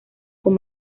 con